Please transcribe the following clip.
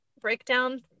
breakdown